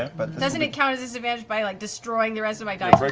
but doesn't it count as disadvantage by like destroying the rest of my dice?